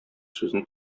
сүзне